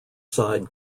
side